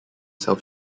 self